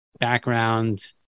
background